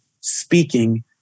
speaking